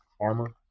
armor